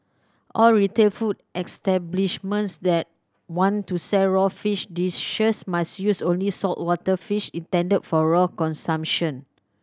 all retail food establishments that want to sell raw fish dishes must use only saltwater fish intended for raw consumption